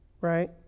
right